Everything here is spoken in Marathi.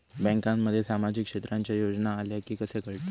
बँकांमध्ये सामाजिक क्षेत्रांच्या योजना आल्या की कसे कळतत?